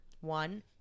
One